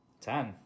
Ten